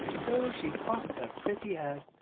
so she tossed her pretty head,